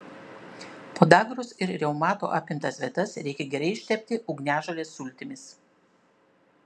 podagros ir reumato apimtas vietas reikia gerai ištepti ugniažolės sultimis